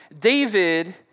David